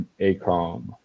ACOM